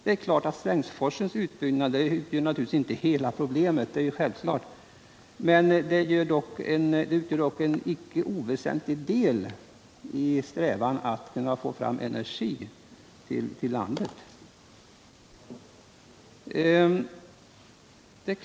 Självfallet kan Strängsforsens utbyggnad inte medverka till att lösa alla problem, men den innebär dock en icke oväsentlig faktor i strävan att få fram energi i landet.